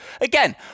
again